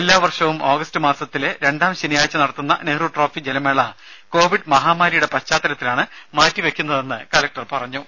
എല്ലാ വർഷം ഓഗസ്റ്റ് മാസത്തിലെ രണ്ടാം ശനിയാഴ്ച നടത്തുന്ന നെഹ്റു ട്രോഫി ജലമേള കോവിഡ് മഹാമാരിയുടെ പശ്ചാത്തലത്തിലാണ് മാറ്റിവെക്കുന്നതെന്ന് കലക്ടർ പറഞ്ഞു